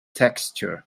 texture